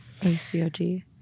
ACOG